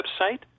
website